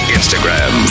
Instagram